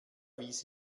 wies